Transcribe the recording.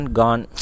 gone